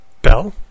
Bell